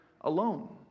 alone